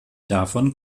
davon